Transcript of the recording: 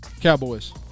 Cowboys